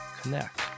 connect